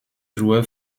joueur